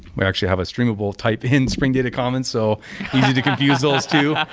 we actually have a streamable type in spring data commons, so easy to confuse those two.